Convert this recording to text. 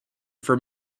for